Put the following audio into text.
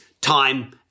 time